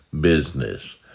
business